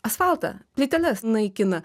asfaltą plyteles naikina